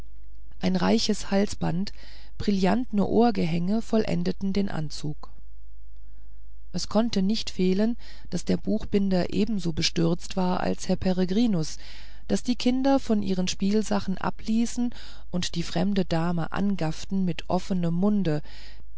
ein reiches halsband brillantne ohrgehenke vollendeten den anzug es konnte nicht fehlen daß der buchbinder ebenso bestürzt war als herr peregrinus daß die kinder von ihren spielsachen abließen und die fremde dame angafften mit offnem munde